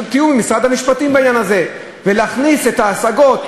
תיאום עם משרד המשפטים בעניין הזה ולהכניס את ההשגות.